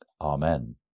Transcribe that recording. Amen